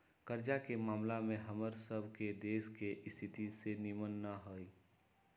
कर्जा के ममला में हमर सभ के देश के स्थिति सेहो निम्मन न हइ